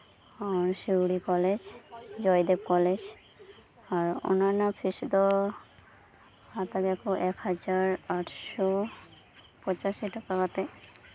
ᱚᱸ Siuri college Joydev college ᱟᱨ ᱚᱱᱟ ᱨᱮᱱᱟᱜ ᱯᱷᱤᱥ ᱫᱚ ᱦᱟᱛᱟᱣ ᱫᱟᱠᱚ ᱮᱠ ᱦᱟᱡᱟᱨ ᱟᱴᱥᱚ ᱯᱚᱸᱪᱟᱥᱤ ᱴᱟᱠᱟ ᱠᱟᱛᱮ